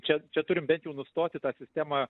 čia čia turim bent jau nustoti tą sistemą